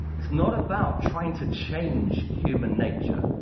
it's not about trying to change human nature.